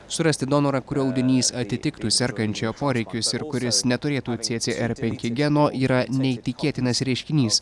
surasti donorą kurio audinys atitiktų sergančiojo poreikius ir kuris neturėtų cė cė er penki geno yra neįtikėtinas reiškinys